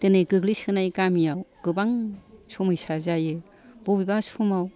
दिनै गोग्लैसोनाय गामियाव गोबां समैसा जायो बबेबा समाव